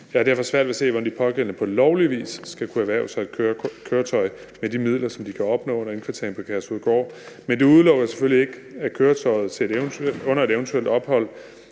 Jeg har derfor svært ved at se, hvordan de pågældende på lovlig vis skal kunne erhverve sig et køretøj med de midler, som de kan opnå under indkvartering på Kærshovedgård. Men det udelukker selvfølgelig ikke, at køretøjet, som man har under et eventuelt ophold,